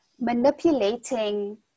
manipulating